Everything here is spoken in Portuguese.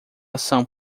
ação